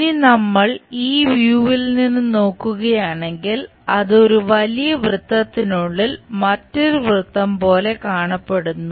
ഇനി നമ്മൾ ഈ വ്യൂവിൽ നിന്നും നോക്കുകയാണെങ്കിൽ അത് ഒരു വലിയ വൃത്തത്തിനുള്ളിൽ മറ്റൊരു വൃത്തം പോലെ കാണപ്പെടുന്നു